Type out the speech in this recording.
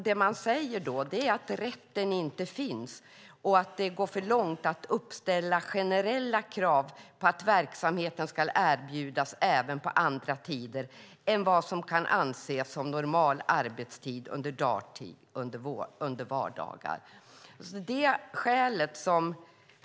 Det man säger är nämligen att det inte finns någon sådan rätt och att det går för långt att uppställa generella krav på att verksamheten ska erbjudas även på andra tider än vad som kan anses som normal arbetstid under dagtid under vardagar.